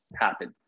happen